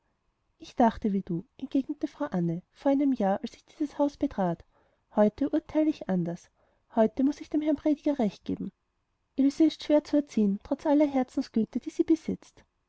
ich dachte wie du entgegnete frau anne vor einem jahre als ich dieses haus betrat heute urteile ich anders heute muß ich dem herrn prediger recht geben ilse ist schwer zu erziehen trotz aller herzensgüte die sie besitzt